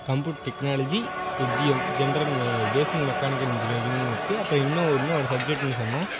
compute technology FGM general basic mechanical இன்ஜினியரிங்னு இருக்குது அப்போது இன்னு இன்னொனு ஒரு சப்ஜெக்ட்னு சொன்னால்